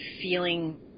feeling